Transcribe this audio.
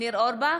ניר אורבך,